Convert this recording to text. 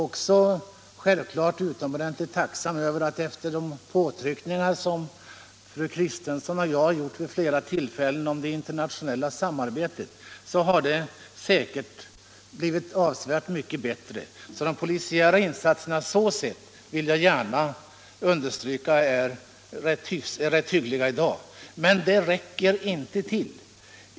Jag är självklart också tacksam över att, efter de påtryckningar som fru Kristensson och jag gjort vid flera tillfällen om det internationella polissamarbetet så har det blivit avsevärt mycket bättre. De polisiära insatserna är, vill jag gärna understryka, rätt hyggliga i dag, men de räcker inte till.